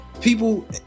People